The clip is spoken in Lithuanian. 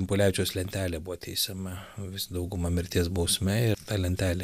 impulevičiaus lentelė buvo teisiama vis dauguma mirties bausme ir ta lentelė